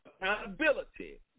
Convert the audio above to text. accountability